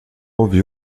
ouvi